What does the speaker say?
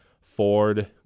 Ford